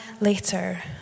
later